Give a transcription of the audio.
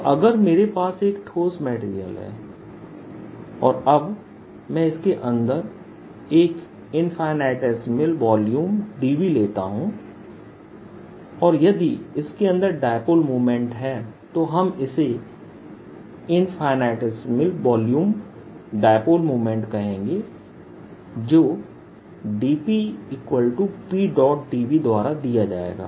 तो अगर मेरे पास एक ठोस मेटेरियल है और अब मैं इसके अंदर एक इन्फिनिटेसिमल वॉल्यूम dV लेता हूं और यदि इसके अंदर डायपोल मोमेंट है तो हम इसे इन्फिनिटेसिमल डायपोल मोमेंट कहेंगे जो dpPdV द्वारा दिया जाएगा